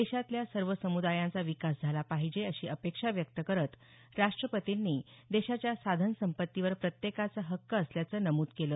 देशातल्या सर्व समुदायांचा विकास झाला पाहिजे अशी अपेक्षा व्यक्त करत राष्ट्रपतींनी देशाच्या साधनसंपत्तीवर प्रत्येकाचा हक्क असल्याचं नमूद केलं